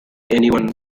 anyone